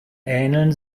ähneln